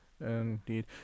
Indeed